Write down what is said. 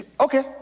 Okay